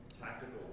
Tactical